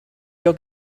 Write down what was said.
your